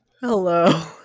hello